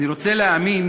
אני רוצה להאמין